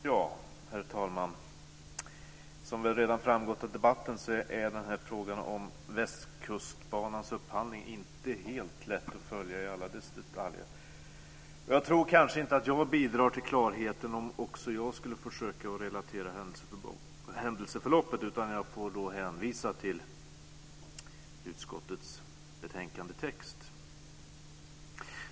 Herr talman! Som redan framgått av debatten är frågan om Västkustbanans upphandling inte helt lätt att följa i alla dess detaljer. Jag tror inte heller att jag skulle bidra till att skapa klarhet om också jag skulle försöka att relatera händelseförloppet, utan jag får hänvisa till texten i utskottets betänkande.